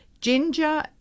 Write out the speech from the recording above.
ginger